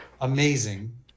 Amazing